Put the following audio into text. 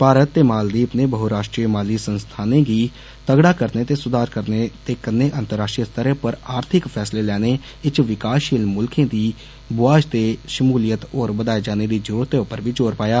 भारत ते मालद्वीव नै बहुराश्ट्री माली संस्थानें गी तगड़ा करने ते सुधार करने ते कन्नै अंतर्राश्ट्रीय स्तरै पर आर्थिक फैसले लैने च विकासपील मुल्खें दी बुआज ते षमूलियत होर वधाएं जाने दी जरुरतैं पर बी ज़ोर पाया